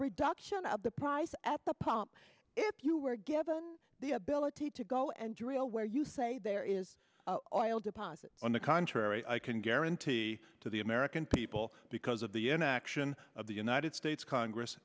reduction of the price at the pump if you were given the ability to go and drill where you say there is oil deposit on the contrary i can guarantee to the american people because of the inaction of the united states congress